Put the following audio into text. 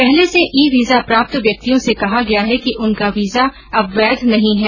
पहले से e visa प्राप्त व्यक्तियों से कहा गया है कि उनका वीजा अब वैध नहीं है